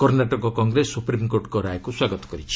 କର୍ଷାଟକ କଂଗ୍ରେସ ସୁପ୍ରିମ୍କୋର୍ଟଙ୍କ ରାୟକୁ ସ୍ୱାଗତ କରିଛି